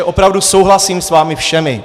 Opravdu souhlasím s vámi všemi.